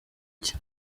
cye